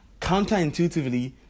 counterintuitively